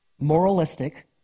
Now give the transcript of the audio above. Moralistic